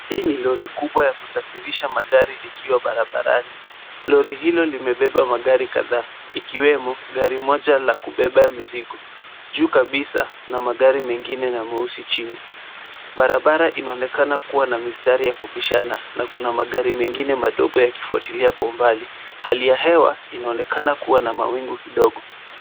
Hii ni lori kubwa ya kusafirisha magari likiwa barabarani. Lori hilo limebeba magari kadhaa ikiwemo gari moja la kubeba mizigo na magari mengine meusi chini. Barabara inaonekana kuwa na mistari ya kupishana na kuna magari mengine madogo yakifuatilia kwa umbali. Hali ya hewa inaonekana kuwa na mawingu kidogo.